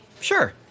Sure